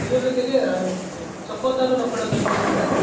ಇದರ ಜೊತೆಗೆ ಚಕ್ಕೋತನೂ ನಮ್ಮ ಕಡೆ ಒಂದಷ್ಟು ಬೆಳೀತಾರೆ